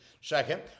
Second